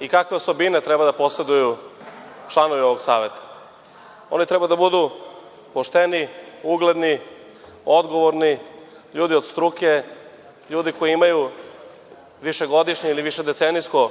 i kakve osobine treba da poseduju članovi ovog saveta. Oni treba da budu pošteni, ugledni, odgovorni, ljudi od struke, ljudi koji imaju višegodišnje ili višedecenijsko